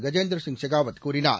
கஜேந்திரசிங் ஷெகாவத் கூறினார்